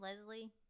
leslie